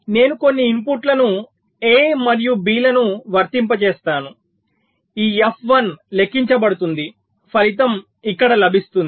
నేను కొన్ని ఇన్పుట్లను A మరియు B లను వర్తింపజేస్తాను ఈ F1 లెక్కించబడుతుంది ఫలితం ఇక్కడ లభిస్తుంది